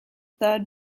third